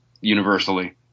universally